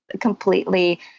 completely